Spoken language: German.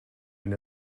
wenn